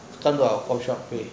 coffee shop pay